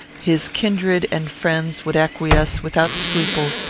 his kindred and friends would acquiesce, without scruple,